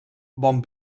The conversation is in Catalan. bon